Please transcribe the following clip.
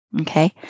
Okay